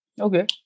Okay